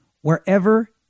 wherever